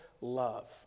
love